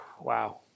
wow